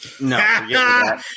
No